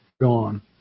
Gone